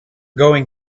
going